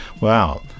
Wow